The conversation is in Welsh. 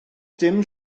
dim